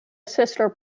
sister